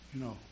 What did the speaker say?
no